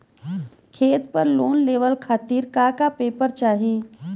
खेत पर लोन लेवल खातिर का का पेपर चाही?